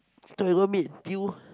I thought you gonna meet Thew